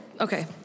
Okay